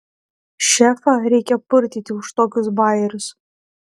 šefą reikia purtyti už tokius bajerius